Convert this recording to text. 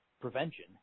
prevention